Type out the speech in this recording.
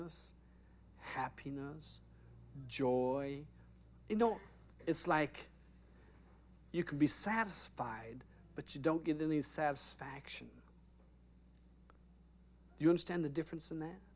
us happiness joy in no it's like you can be satisfied but you don't get any satisfaction you understand the difference and that